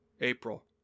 april